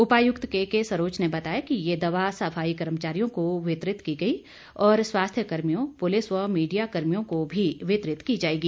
उपायुक्त केके सरोच ने बताया कि ये दवा सफाई कर्मचारियों को वितरित की गई और स्वास्थ्य कर्मियों पुलिस व मीडिया कर्मियों को भी वितरित की जाएगी